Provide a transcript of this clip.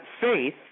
faith